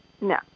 no